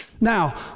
Now